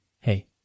Hey